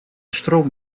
stroom